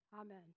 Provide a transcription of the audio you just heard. Amen